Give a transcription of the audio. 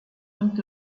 und